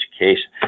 education